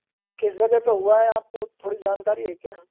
किस जगह पे हुआ है आपको थोड़ी जानकारी है क्या